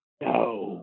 No